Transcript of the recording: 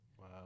Wow